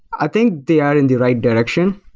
i think they are in the right direction.